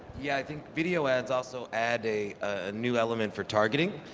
yeah, i think video ads also add a new element for targeting,